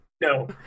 No